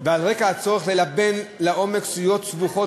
ועל רקע הצורך ללבן לעומק סוגיות סבוכות